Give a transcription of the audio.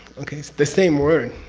okay? it's the same word